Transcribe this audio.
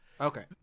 Okay